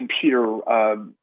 computer